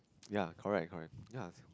ya correct correct ya